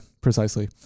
precisely